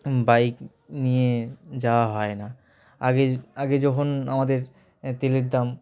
bike নিয়ে যাওয়া হয় না আগে আগে যখন আমাদের তেলের দাম